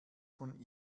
von